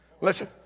Listen